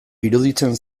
iruditzen